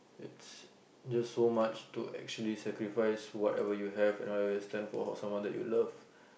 it's just so much to actually sacrifice whatever you have and whatever you stand for for someone that you love